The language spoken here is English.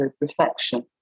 reflection